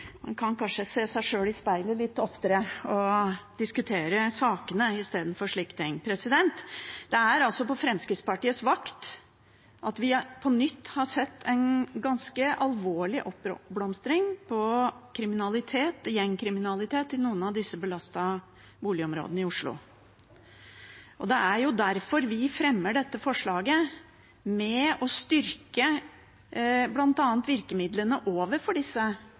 kan kanskje se seg sjøl i speilet litt oftere og diskutere sakene i stedet for slikt. Det er på Fremskrittspartiets vakt vi på nytt har sett en ganske alvorlig oppblomstring av gjengkriminalitet i noen av disse belastede boligområdene i Oslo. Det er derfor vi fremmer dette forslaget om bl.a. å styrke virkemidlene overfor disse